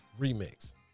remix